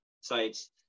sites